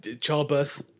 Childbirth